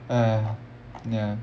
ah ya